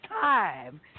time